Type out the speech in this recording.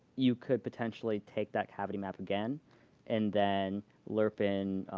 you could potentially take that cavity map again and then lerp in